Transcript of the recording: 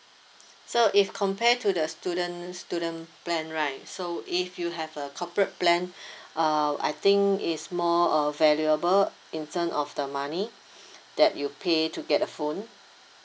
so if compare to the student student plan right so if you have a corporate plan err I think it's more err valuable in terms of the money that you pay to get the phone